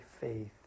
faith